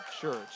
church